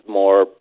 more